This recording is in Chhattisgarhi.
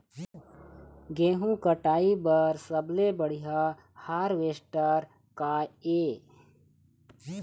गेहूं कटाई बर सबले बढ़िया हारवेस्टर का ये?